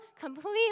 completely